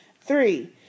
Three